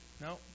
No